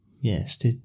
Yes